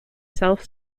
self